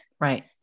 Right